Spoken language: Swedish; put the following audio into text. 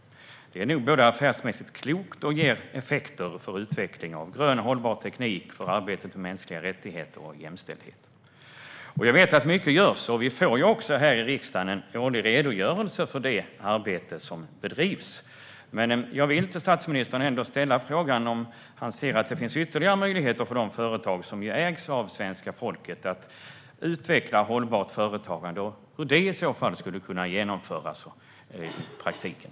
Detta är nog affärsmässigt klokt och ger effekter för utveckling av grön, hållbar teknik, för arbetet med mänskliga rättigheter och för jämställdhet. Jag vet att mycket görs, och vi här i riksdagen får årligen en redogörelse för det arbete som bedrivs. Jag vill ändå fråga: Ser statsministern att det finns ytterligare möjligheter för de företag som ägs av svenska folket att utveckla hållbart företagande, och hur skulle det i så fall kunna genomföras i praktiken?